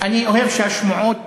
אני אוהב שהשמועות